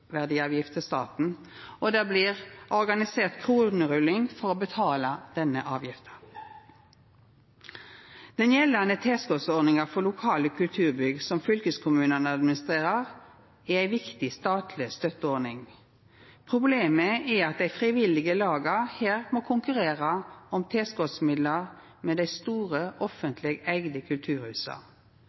til staten, og det blir organisert kronerulling for å betala denne avgifta. Den gjeldande tilskotsordninga for lokale kulturbygg som fylkeskommunane administrerer, er ei viktig statleg støtteordning. Problemet er at dei frivillige laga her må konkurrera om tilskotsmidlar med dei store offentleg eigde kulturhusa.